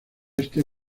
este